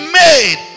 made